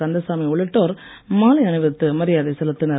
கந்தசாமி உள்ளிட்டோர் மாலை அணிவித்து மரியாதை செலுத்தினர்